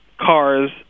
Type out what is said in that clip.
cars